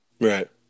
right